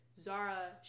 Zara